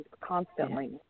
constantly